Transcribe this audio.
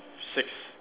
six